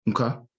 okay